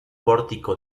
pórtico